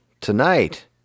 tonight